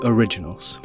Originals